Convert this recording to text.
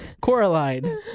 Coraline